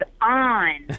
on